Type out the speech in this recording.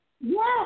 Yes